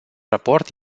raport